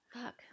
fuck